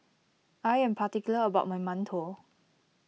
I am particular about my Mantou